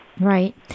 Right